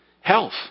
Health